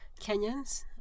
Kenyans